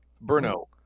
Bruno